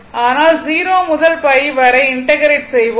ஆனால் 0 முதல் π வரை இன்டெக்ரேட் செய்வோம்